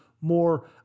more